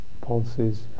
pulses